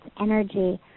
energy